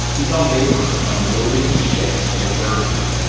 he saw laborers unloading ships full of bird poop,